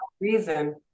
reason